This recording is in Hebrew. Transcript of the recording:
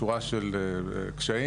שורה של קשיים,